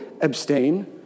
abstain